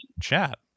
chat